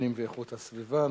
הפנים ואיכות הסביבה.